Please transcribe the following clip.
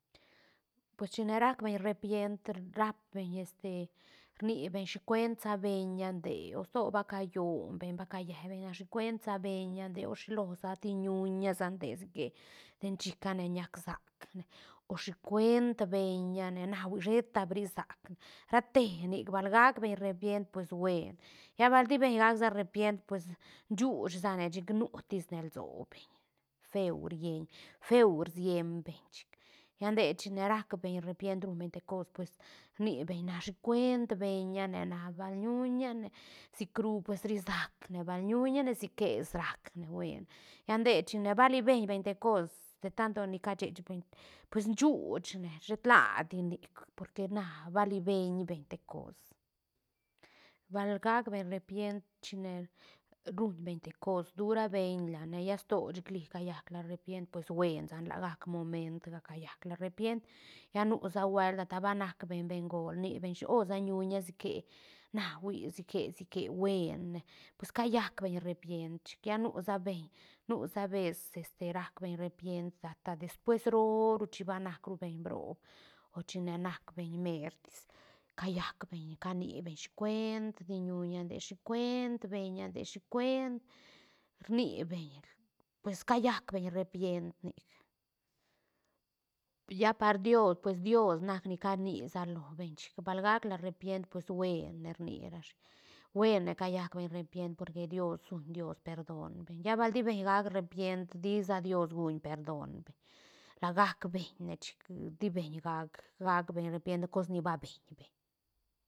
Pues chine rac beñ repiend rap beñ este rnibeñ shicuent sa beña nde o sto ba callon beñ ba ca lle beñ shicuent sabeña de o shilosa ti ñuña sa dee sique ten chicane ñac sacne o shicuent beña ne na hui sheta bri sacne ra te nic bal gac beñ repiend pues buen lla bal tisa beñ gaac repiend pues shuuch sane chic nutis ne lso beñ feu rieñ feo rsieñ beñ chic lla dee chine rac beñ repiend ruñ beñ te cos pues rni beñ na shicuent beña ne na bal ñuñane sicru pues rri sacne bal ñuñane si que sacne buen lla ndee chine bali beñ-beñ te cos de tanto ni cashech beñ pues shuuchne shet la dinic porque na bali beñ-beñ te cos bal gac beñ repiend chine ruñ beñ te cos tura beñ lane lla sto chic li callac la repiend pues buen sane lagac momentga callac la repiend lla nusa buel a ta ba nac beñ bengol rni beñ oh sa ñuña sique na hui sique- sique buene pues callac beñ repiend chic lla nu sa beñ nusa bes este racbeñ repiend ata despues roo ru chin banac rubeñ brood o china nac beñ meretis callac beñ cani beñ shicuent di ñuña nde shicuent beña nde shicuend rni beñ pues callac beñ rpiend nic lla par dios pues dios nac ni cani sa lobeñ chic bal gac la repiend pues buen rni rashi buene callac beñ repiend porque dios suuñ dios perdon lla baldi beñ gac repient disa dios guuñ perdon beñ la gaac beñ ne chic di beñ gaac- gaac beñ repiend cos ni ba beñ-beñ.